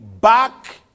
back